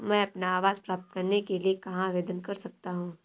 मैं अपना आवास प्राप्त करने के लिए कहाँ आवेदन कर सकता हूँ?